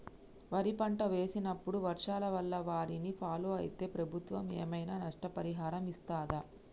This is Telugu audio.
వరి పంట వేసినప్పుడు వర్షాల వల్ల వారిని ఫాలో అయితే ప్రభుత్వం ఏమైనా నష్టపరిహారం ఇస్తదా?